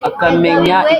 akamenya